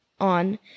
on